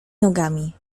nogami